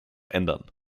ändern